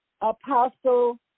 Apostle